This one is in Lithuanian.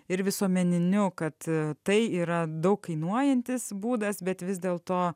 ir visuomeniniu kad tai yra daug kainuojantis būdas bet vis dėlto